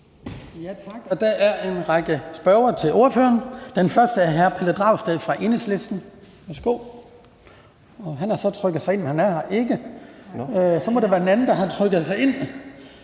Tak. Der er en række spørgsmål til ordføreren. Første spørger er hr. Pelle Dragsted fra Enhedslisten. Han har trykket sig ind, men han er her ikke. Så må det være en anden, der har trykket sig ind.